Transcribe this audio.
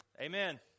Amen